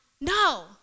No